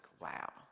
wow